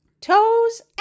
Toes